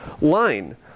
line